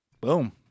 Boom